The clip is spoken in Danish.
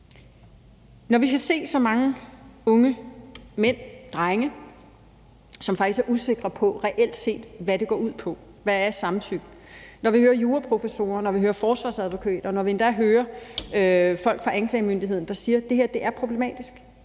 Når vi skal se så mange unge mænd, drenge, som faktisk er usikre på reelt set, hvad det går ud på, hvad et samtykke er; når vi hører juraprofessorer; når vi hører forsvarsadvokater; når vi endda hører folk fra anklagemyndigheden, der siger, at det her er problematisk